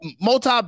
multi